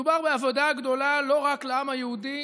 מדובר באבדה גדולה לא רק לעם היהודי